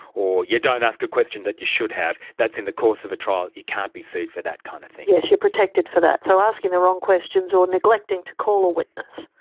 or you yeah don't ask a question that you should have. that's in the course of a trial, you can't be sued for that kind of thing. yes, you are protected for that. so asking the wrong questions or neglecting to call a witness.